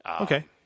okay